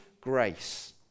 grace